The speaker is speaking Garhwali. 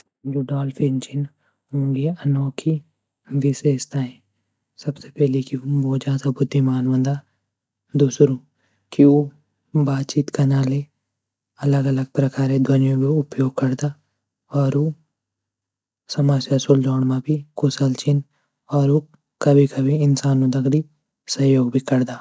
जु डोल्फिन छन वोंकी अनोखी बिशेषताए सबसे पहली त वो बहुत ज्यादा बुद्धिमान दुसरु की वो बात-चित करना ले अलग अलग ध्वनियों को प्रयोग करदा.और वो समस्या सुलझाऊँ म भी कुशल छन. और वो कभी कभी इंसान दगडी सहयोग भी करदा.